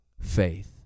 faith